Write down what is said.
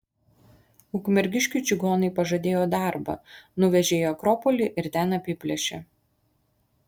ukmergiškiui čigonai pažadėjo darbą nuvežė į akropolį ir ten apiplėšė